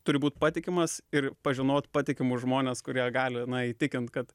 turi būt patikimas ir pažinot patikimus žmones kurie gali na įtikint kad